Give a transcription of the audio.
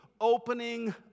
opening